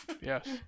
Yes